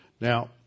Now